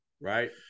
Right